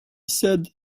said